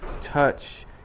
Touch